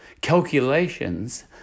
calculations